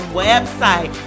website